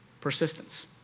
Persistence